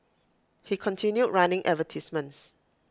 he continued running advertisements